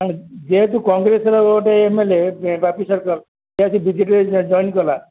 ହଁ ଯେହେତୁ କଂଗ୍ରେସର ଗୋଟେ M L A Bapi Sarkar ସେ ବିଜେପିରେ ଜଏନ୍ କଲା